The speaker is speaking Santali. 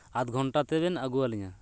ᱟᱫᱷ ᱜᱷᱚᱱᱴᱟ ᱛᱮᱵᱮᱱ ᱟᱹᱜᱩ ᱟᱹᱞᱤᱧᱟ